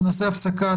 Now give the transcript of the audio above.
שנעשה הפסקה,